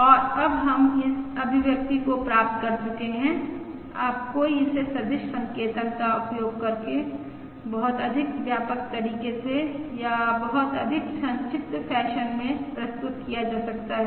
और अब हम इस अभिव्यक्ति को प्राप्त कर चुके हैं अब कोई इसे सदिश संकेतन का उपयोग करके बहुत अधिक व्यापक तरीके से या बहुत अधिक संक्षिप्त फैशन में प्रस्तुत किया जा सकता है